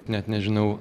net nežinau